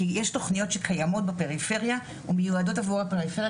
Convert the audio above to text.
כי יש תכניות שקיימות בפריפריה ומיועדות עבור הפריפריה,